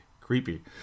creepy